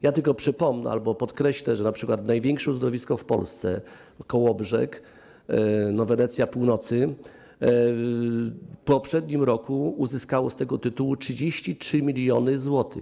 Ja tylko przypomnę albo podkreślę, że np. największe uzdrowisko w Polsce, czyli Kołobrzeg, Wenecja Północy, w poprzednim roku uzyskało z tego tytułu 33 mln zł.